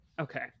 okay